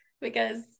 because-